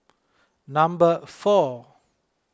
number four